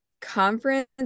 conference